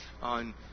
on